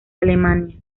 alemania